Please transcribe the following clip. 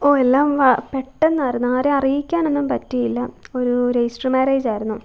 ഓഹ് എല്ലാം ഒന്ന് പെട്ടെന്നായിരുന്നു ആരേയും അറിയിക്കാനൊന്നും പറ്റിയില്ല ഒരു രജിസ്റ്റർ മാരേജായിരുന്നു